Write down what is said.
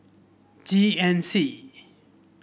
G N C